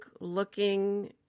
looking